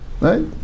Right